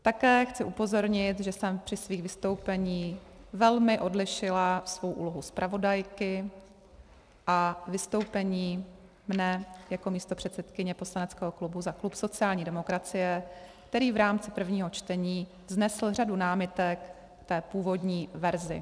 Také chci upozornit, že jsem při svých vystoupeních velmi odlišila svou úlohu zpravodajky a vystoupení mne jako místopředsedkyně poslaneckého klubu za klub sociální demokracie, který v rámci prvního čtení vznesl řadu námitek k té původní verzi.